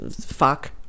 Fuck